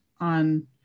on